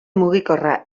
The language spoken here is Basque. mugikorra